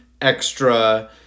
extra